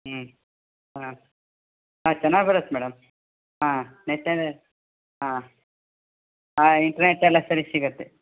ಹ್ಞೂ ಹಾಂ ಹಾಂ ಚೆನ್ನಾಗಿ ಬರುತ್ತೆ ಮೇಡಮ್ ಹಾಂ ನೆಟ್ ಏನ್ ಹಾಂ ಹಾಂ ಇಂಟರ್ನೆಟ್ಟೆಲ್ಲ ಸರಿ ಸಿಗತ್ತೆ